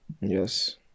Yes